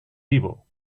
vivo